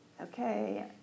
Okay